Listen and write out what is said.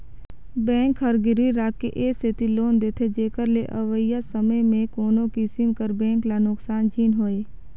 bank हर गिरवी राखके ए सेती लोन देथे जेकर ले अवइया समे में कोनो किसिम कर बेंक ल नोसकान झिन होए